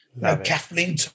Kathleen